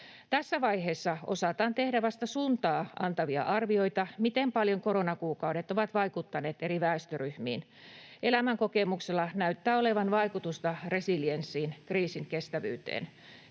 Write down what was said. Tässä vaiheessa osataan tehdä vasta suuntaa antavia arvioita siitä, miten paljon koronakuukaudet ovat vaikuttaneet eri väestöryhmiin. Elämänkokemuksella näyttää olevan vaikutusta resilienssiin ja kriisinkestävyyteen.